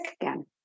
again